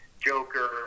Joker